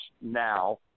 now